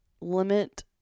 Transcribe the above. limit